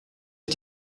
hat